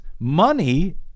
Money